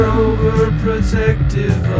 overprotective